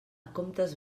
comptes